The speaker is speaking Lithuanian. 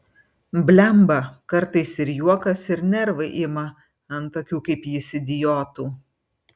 blemba kartais ir juokas ir nervai ima ant tokių kaip jis idiotų